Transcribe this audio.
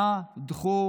נא דחו